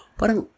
parang